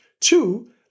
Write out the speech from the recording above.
Two